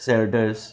Seltos